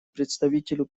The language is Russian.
представителю